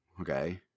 Okay